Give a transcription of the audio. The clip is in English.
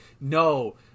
no